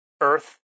Earth